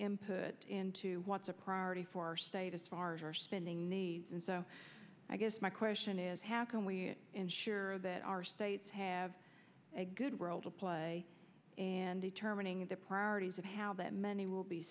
him put into what's a priority for our state as far as our spending and so i guess my question is how can we ensure that our states have a good role to play and determining the priorities of how that many will be